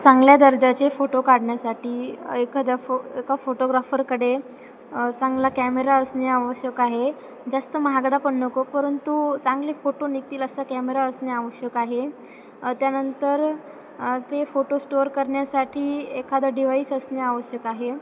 चांगल्या दर्जाचे फोटो काढण्यासाठी एखाद्या फो एका फोटोग्राफरकडे चांगला कॅमेरा असणे आवश्यक आहे जास्त महागडा पण नको परंतु चांगले फोटो निघतील असा कॅमेरा असणे आवश्यक आहे त्यानंतर ते फोटो स्टोअर करण्यासाठी एखादं डिव्हाइस असणे आवश्यक आहे